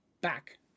Back